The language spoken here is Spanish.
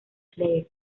clare